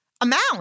amount